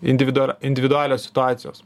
individo individualios situacijos